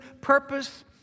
purpose